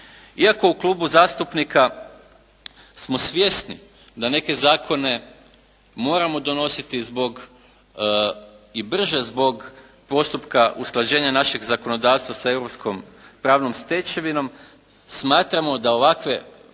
Iako u Klubu zastupnika smo svjesni da neke zakone moramo donositi i brže zbog postupka usklađenja našeg zakonodavstva sa europskom pravnom stečevinom, smatramo da ovakve